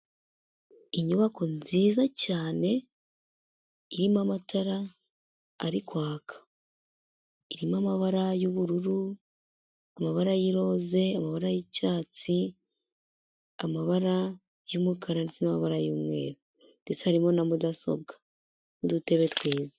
Inyubako nziza cyane irimo amatara ari kwaka, irimo amabara y'ubururu, amabara y'iroze, amara y'icyatsi, amabara y'umukara ndetse n'amabara y'umweru ndetse harimo na mudasobwa n'udutebe twiza.